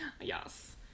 yes